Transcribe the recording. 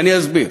ואני אסביר.